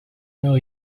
know